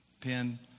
pen